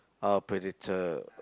oh Predator